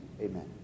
amen